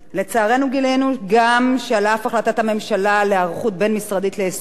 גילינו גם שעל אף החלטת הממשלה על היערכות בין-משרדית ליישום החוק,